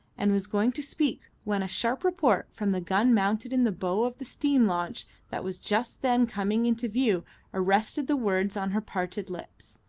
and was going to speak, when a sharp report from the gun mounted in the bow of the steam launch that was just then coming into view arrested the words on her parted lips.